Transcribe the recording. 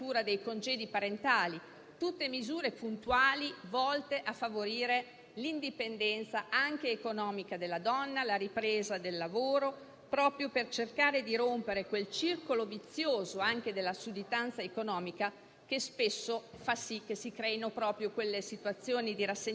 lavoro, per cercare di rompere quel circolo vizioso della sudditanza economica, che spesso fa sì che si creino quelle situazioni di rassegnazione e dunque di mancata denuncia e di mancata riuscita nell'emancipazione dalla violenza a cui facevo cenno poco fa.